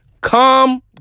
come